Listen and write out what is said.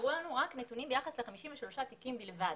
נמסרו לנו נתונים רק ביחס ל-53 תיקים בלבד.